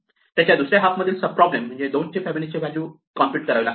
त्याच्या दुसऱ्या हाफ मधील सब प्रॉब्लेम म्हणजे 2 ची फिबोनाची कॉम्पुट करावी लागते